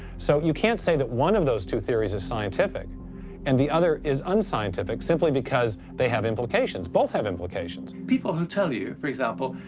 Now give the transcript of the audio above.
so you can't say that one of those two theories is scientific and the other is unscientific simply because they have implications. both have implications. people who tell you, for example,